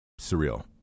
surreal